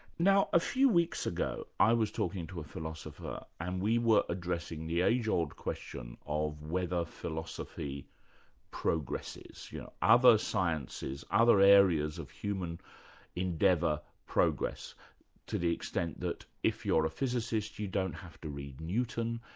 now a few weeks ago i was talking to a philosopher and we were addressing the age old question of whether philosophy progresses. you know other sciences, other areas of human endeavour progress to the extent that if you're a physicist you don't have to read newton,